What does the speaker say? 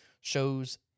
shows